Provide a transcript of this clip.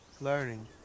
Learning